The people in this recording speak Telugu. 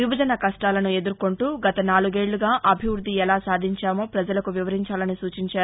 విభజన కష్టాలను ఎదుర్కొంటూ గత నాలుగేళ్ళుగా అభివృద్ది ఎలా సాధించామో ప్రపజలకు వివరించాలని సూచించారు